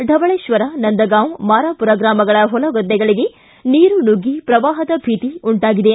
ಢವಳೇತ್ವರ ನಂದಗಾಂವ ಮಾರಾಪುರ ಗ್ರಾಮಗಳ ಹೊಲಗದ್ದೆಗಳಿಗೆ ನೀರು ನುಗ್ಗಿ ಪ್ರವಾಹದ ಭೀತಿ ಉಂಟಾಗಿದೆ